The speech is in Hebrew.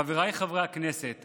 חבריי חברי הכנסת,